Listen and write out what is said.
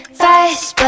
fast